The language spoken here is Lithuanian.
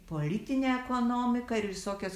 politinę ekonomiką ir visokias